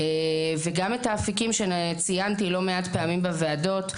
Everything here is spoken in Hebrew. יש את האפיקים שציינתי לא מעט פעמים בוועדות,